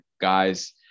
guys